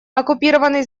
оккупированный